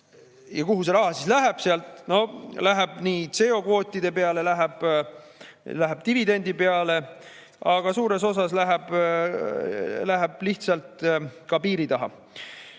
Ja kuhu see raha siis läheb sealt? No läheb nii CO2‑kvootide peale, läheb dividendi peale, aga suures osas läheb lihtsalt ka piiri taha. Riik